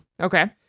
Okay